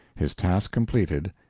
his task completed,